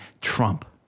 Trump